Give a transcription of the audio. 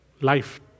life